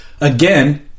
again